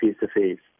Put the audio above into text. face-to-face